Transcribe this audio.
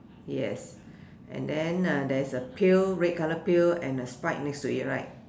yes and then there's a pail red colour pail and a sprite next to it right